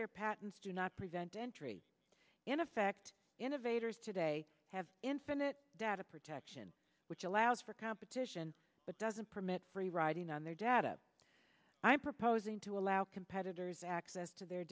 their patents do not prevent entry in effect innovators today have infinite data protection which allows for competition but doesn't permit free riding on their data i am proposing to allow competitors access to their